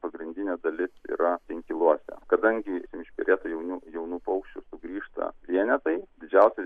pagrindinė dalis yra inkiluose kadangi išperėta jaunų jaunų paukščių sugrįžta vienetai didžiausia